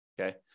okay